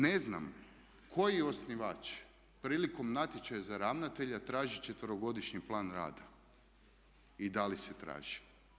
Ne znam koji osnivač prilikom natječaja za ravnatelja traži četverogodišnji plan rada i da li se traži.